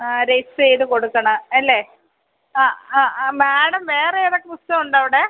register ചെയ്ത് കൊടുക്കണം അല്ലേ ആ ആ ആ മാഡം വേറെ ഏതൊക്കെ പുസ്തകം ഉണ്ട് അവിടെ